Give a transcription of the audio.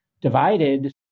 divided